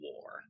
war